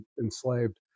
enslaved